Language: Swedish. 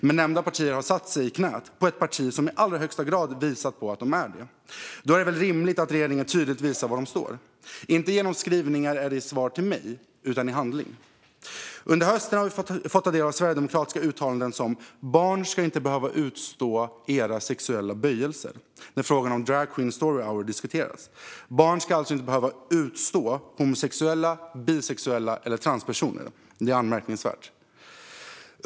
Men Liberalerna och Moderaterna har satt sig i knät på ett parti som i allra högsta grad har visat att de är det. Då är det väl rimligt att regeringen tydligt visar var den står, inte genom skrivningar eller i svar till mig utan i handling. Under hösten har vi fått ta del av olika sverigedemokratiska uttalanden som: Barn ska inte behöva utstå era sexuella böjelser. Detta framfördes då Drag Queen Story Hour diskuterades. Barn ska alltså inte behöva utstå homosexuella, bisexuella eller transpersoner. Det är anmärkningsvärt.